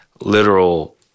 literal